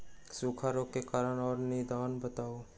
सूखा रोग के कारण और निदान बताऊ?